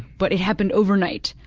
but it happened overnight,